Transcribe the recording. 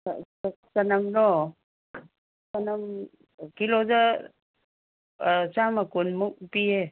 ꯆꯅꯝꯂꯣ ꯆꯅꯝ ꯀꯤꯂꯣꯗ ꯆꯥꯝꯃ ꯀꯨꯟꯃꯨꯛ ꯄꯤꯌꯦ